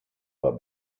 war